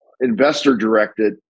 investor-directed